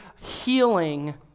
healing